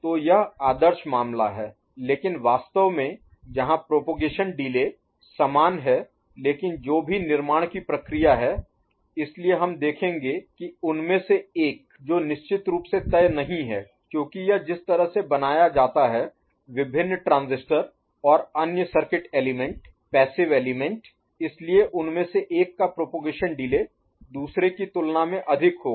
तो यह आदर्श मामला है लेकिन वास्तव में जहां प्रोपगेशन डिले Propagation Delay प्रचार देरी समान है लेकिन जो भी निर्माण की प्रक्रिया है इसलिए हम देखेंगे कि उनमें से एक जो निश्चित रूप से तय नहीं है क्योंकि यह जिस तरह से बनाया जाता है विभिन्न ट्रांजिस्टर और अन्य सर्किट एलिमेंट Element तत्व पैसिव एलिमेंट Passive Element निष्क्रिय तत्व इसलिए उनमें से एक का प्रोपगेशन डिले दूसरे की तुलना में अधिक होगा